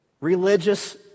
Religious